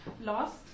lost